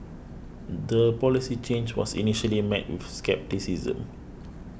the policy change was initially met with scepticism